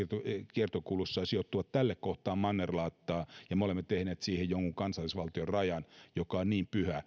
kiertokulussa sijoittuvat tälle kohtaa mannerlaattaa ja jotka ovat tehneet siihen jonkun kansallisvaltion rajan joka on niin pyhä että